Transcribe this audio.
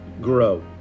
grow